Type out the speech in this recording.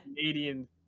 Canadian